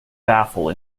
baffle